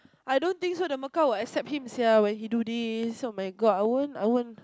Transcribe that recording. I don't think so the Mecca would accept him sia when he do this oh-my-God I won't I won't